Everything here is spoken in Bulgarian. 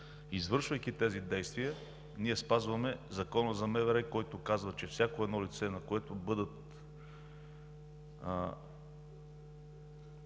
Извършвайки тези действия, ние спазваме Закона за МВР, който казва, че на всяко едно лице, на което бъдат